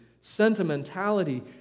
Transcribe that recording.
sentimentality